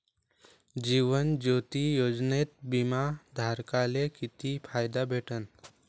जीवन ज्योती योजनेत बिमा धारकाले किती फायदा भेटन?